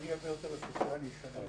אני אדבר בקצרה, כי אני מבין